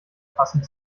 passend